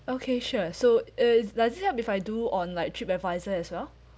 okay sure so is like is it up if I do on like TripAdvisor as well